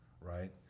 right